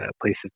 places